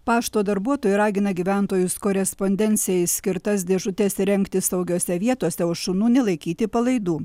pašto darbuotojai ragina gyventojus korespondencijai skirtas dėžutes įrengti saugiose vietose o šunų nelaikyti palaidų